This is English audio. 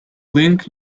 link